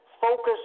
focus